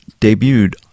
debuted